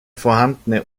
vorhandene